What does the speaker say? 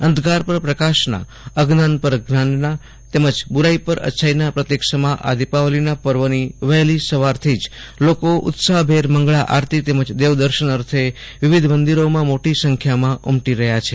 અંધકાર પર પ્રકાશના અજ્ઞાન પર જ્ઞાનના તેમજ બુરાઈ પર અચ્છાઈના પ્રતિક સમા આ દિપાવલીના પર્વની વહેલી સવારથી જ લોકો ઉત્સાહભેર મંગળા આરતી તેમજ દેવ દર્શન અર્થે વિવિધ મંદિરોમાં મોટી સંખ્યામાં ઉમટી રહ્યા છે